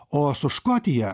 o su škotija